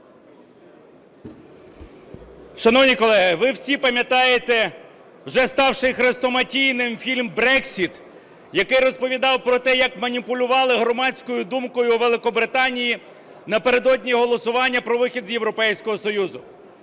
Шановні колеги, ви всі пам'ятаєте вже ставший хрестоматійним фільм "Брексіт", який розповідав про те, як маніпулювали громадською думкою у Великобританії напередодні голосування про вихід з Європейського Союзу.